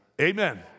Amen